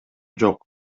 жок